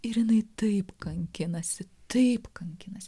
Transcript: ir jinai taip kankinasi taip kankinasi